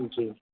જી